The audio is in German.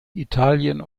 italien